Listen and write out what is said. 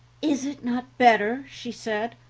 is it not better, she said,